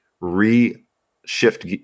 re-shift